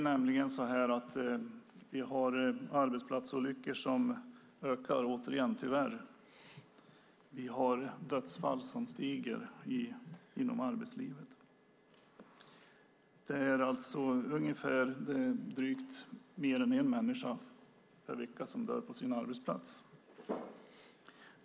Antalet arbetsplatsolyckor ökar tyvärr återigen, och antalet dödsfall inom arbetslivet ökar. Det är mer än en människa per vecka som dör på sin arbetsplats.